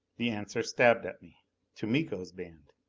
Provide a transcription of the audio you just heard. the answer stabbed at me to miko's band!